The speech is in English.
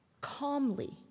calmly